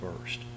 first